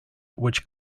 which